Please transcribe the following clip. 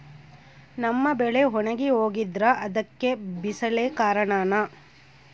ನಮ್ಮ ಬೆಳೆ ಒಣಗಿ ಹೋಗ್ತಿದ್ರ ಅದ್ಕೆ ಬಿಸಿಲೆ ಕಾರಣನ?